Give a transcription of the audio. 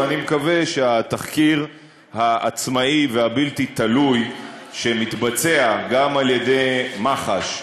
ואני מקווה שהתחקיר העצמאי והבלתי-תלוי שמתבצע גם על-ידי מח"ש,